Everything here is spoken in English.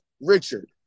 richard